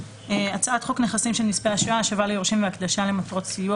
"הצעת חוק נכסים של נספי השואה (השבה ליורשים והקדשה למטרות סיוע